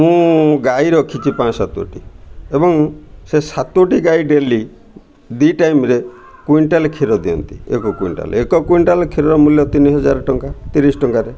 ମୁଁ ଗାଈ ରଖିଛି ପାଞ୍ଚ ସାତୋଟି ଏବଂ ସେ ସାତୋଟି ଗାଈ ଡେଲି ଦୁଇ ଟାଇମ୍ରେ କୁଇଣ୍ଟାଲ୍ କ୍ଷୀର ଦିଅନ୍ତି ଏକ କୁଇଣ୍ଟାଲ୍ ଏକ କୁଇଣ୍ଟାଲ୍ କ୍ଷୀରର ମୂଲ୍ୟ ତିନି ହଜାର ଟଙ୍କା ତିରିଶ ଟଙ୍କାରେ